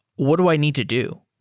what do i need to do?